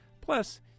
Plus